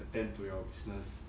attend to your business